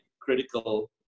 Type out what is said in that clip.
critical